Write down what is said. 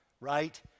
right